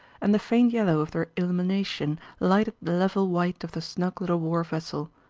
and the faint yellow of their illumination lighted the level white of the snug little war vessel,